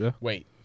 Wait